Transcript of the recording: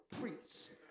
priests